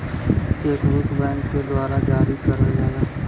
check book bank के द्वारा जारी करल जाला